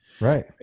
Right